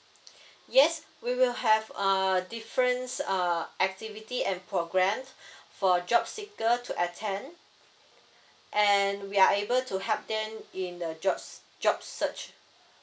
yes we will have uh difference err activity and program for job seeker to attend and we are able to help them in the jobs job search